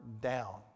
down